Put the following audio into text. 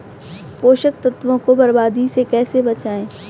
पोषक तत्वों को बर्बादी से कैसे बचाएं?